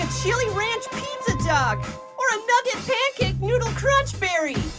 chili ranch pizza dog or a nugget pancake noodle crunch berry